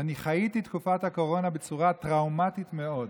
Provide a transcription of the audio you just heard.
ואני חייתי את תקופת הקורונה בצורת טראומטית מאוד,